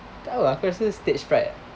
tak tahu ah aku rasa stage fright